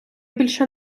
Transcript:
більше